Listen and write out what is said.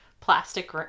plastic